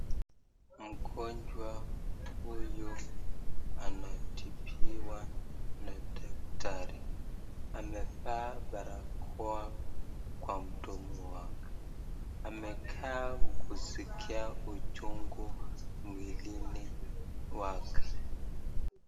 Mgonjwa huyu anatibiwa na daktari ,amevaa barakoa kwa mdomo wake ,anakaa kusikia uchungu mwilini wake.